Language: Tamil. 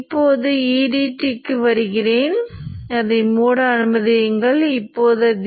எனவே V க்கு முதன்மையானது ஒன்றுமில்லை ஆனால் Vin